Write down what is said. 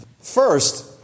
First